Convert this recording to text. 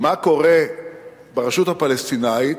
מה קורה ברשות הפלסטינית,